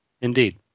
Indeed